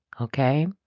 okay